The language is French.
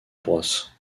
bros